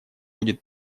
будет